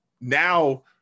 now